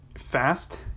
fast